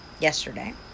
yesterday